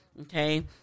Okay